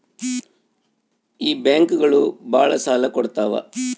ಈ ಬ್ಯಾಂಕುಗಳು ಭಾಳ ಸಾಲ ಕೊಡ್ತಾವ